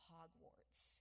Hogwarts